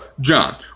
John